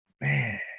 man